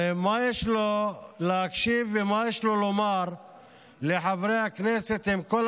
הרי מה יש לו להקשיב ומה יש לו לומר לחברי הכנסת על כל